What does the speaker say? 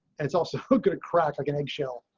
it's also a good crack like an egg shell.